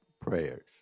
prayers